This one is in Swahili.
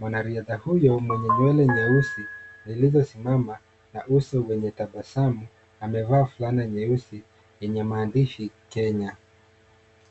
Mwanariadha huyu mwenye nywele nyeusi zilizosimama na uso mwenye tabasamu amevaa fulana nyeusi yenye maandishi Kenya.